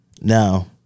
Now